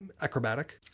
acrobatic